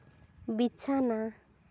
ᱵᱤᱪᱷᱟᱱᱟ